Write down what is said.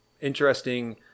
interesting